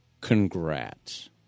congrats